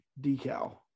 decal